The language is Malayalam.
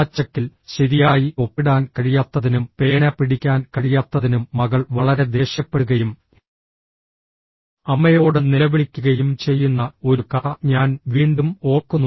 ആ ചെക്കിൽ ശരിയായി ഒപ്പിടാൻ കഴിയാത്തതിനും പേന പിടിക്കാൻ കഴിയാത്തതിനും മകൾ വളരെ ദേഷ്യപ്പെടുകയും അമ്മയോട് നിലവിളിക്കുകയും ചെയ്യുന്ന ഒരു കഥ ഞാൻ വീണ്ടും ഓർക്കുന്നു